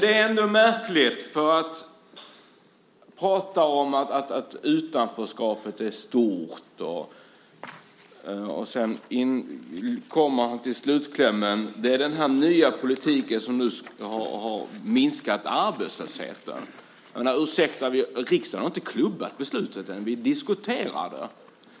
Det är märkligt att han talar om att utanförskapet är stort för att i slutklämmen säga att det är den här nya politiken som har minskat arbetslösheten. Ursäkta, men riksdagen har inte klubbat beslutet än. Vi diskuterar det.